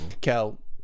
Cal